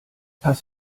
pass